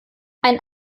ein